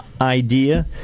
idea